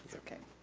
so okay.